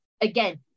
again